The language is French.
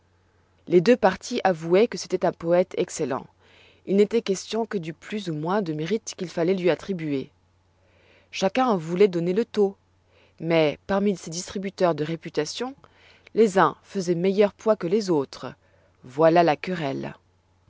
les deux partis avouoient que c'étoit un poète excellent il n'étoit question que du plus ou du moins de mérite qu'il falloit lui attribuer chacun en vouloit donner le taux mais parmi ces distributeurs de réputation les uns faisoient meilleur poids que les autres voilà la querelle